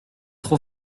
trop